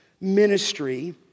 ministry